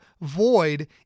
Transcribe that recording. void